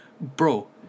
Bro